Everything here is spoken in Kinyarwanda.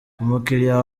umukiliya